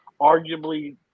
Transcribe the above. arguably